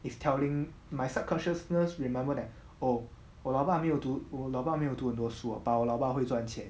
it's telling my subconsciousness remember that oh 我老爸没有读我老爸没有读很多书 ah but 老爸会赚钱